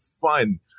fun